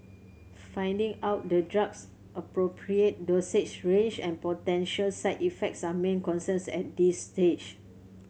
finding out the drug's appropriate dosage range and potential side effects are main concerns at this stage